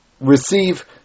receive